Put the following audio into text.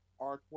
artwork